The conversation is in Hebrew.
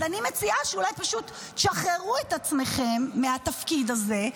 אז אני מציעה שאולי פשוט תשחררו את עצמכם מהתפקיד הזה,